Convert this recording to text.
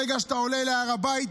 ברגע שאתה עולה להר הבית,